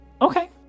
Okay